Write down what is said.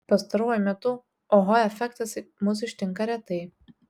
pastaruoju metu oho efektas mus ištinka retai